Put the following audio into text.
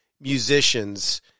musicians